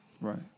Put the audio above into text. Right